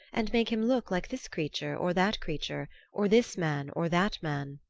and make him look like this creature or that creature, or this man or that man.